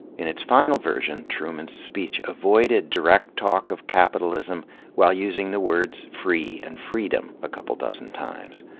in its final version, truman's speech avoided direct talk of capitalism while using the words free and freedom a couple dozen times.